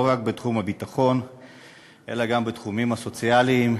לא רק בתחום הביטחון אלא גם בתחומים הסוציאליים,